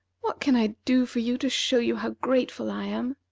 what can i do for you, to show you how grateful i am?